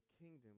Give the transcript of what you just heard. kingdom